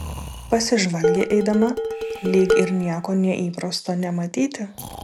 pasižvalgė eidama lyg ir nieko neįprasto nematyti